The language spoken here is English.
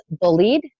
bullied